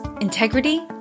integrity